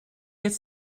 jetzt